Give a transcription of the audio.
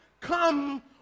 come